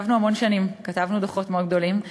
ישבנו המון שנים, כתבנו דוחות מאוד גדולים.